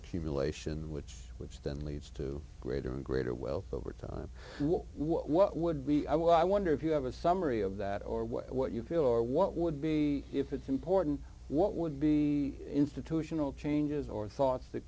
accumulation which which then leads to greater and greater wealth over time what would be i wonder if you have a summary of that or what you feel or what would be if it's important what would be institutional changes or thoughts that